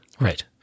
Right